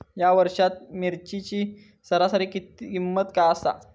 या वर्षात मिरचीची सरासरी किंमत काय आसा?